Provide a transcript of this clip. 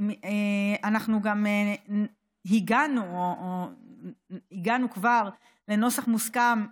אנחנו גם הגענו כבר לנוסח מוסכם,